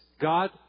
God